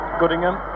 goodingham